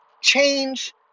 change